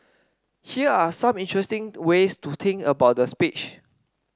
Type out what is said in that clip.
here are some interesting ways to think about the speech